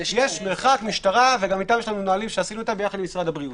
יש מרחק ומשטרה וגם איתה יד לנו נהלים שעשינו יחד עם משרד הבריאות.